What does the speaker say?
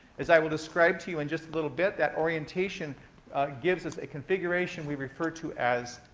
as i will describe to you in just a little bit, that orientation gives us a configuration we refer to as